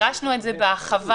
פירשנו את זה בהרחבה,